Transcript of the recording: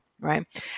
Right